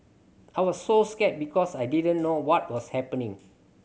I was so scared because I didn't know what was happening